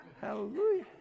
Hallelujah